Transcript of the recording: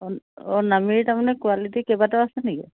অঁ অঁ নামেৰিৰ তাৰমানে কোৱালিটি কেইবাটাও আছে নেকি